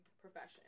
profession